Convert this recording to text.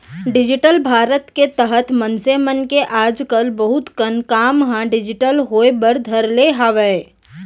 digital Bharat के तहत मनसे मन के आज कल बहुत कन काम ह डिजिटल होय बर धर ले हावय